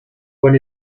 con